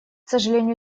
сожалению